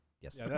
Yes